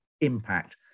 impact